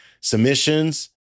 submissions